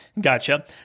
gotcha